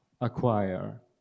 acquire